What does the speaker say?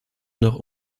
noch